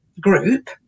group